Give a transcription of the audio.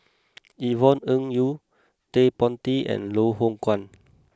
Yvonne Ng Uhde Ted De Ponti and Loh Hoong Kwan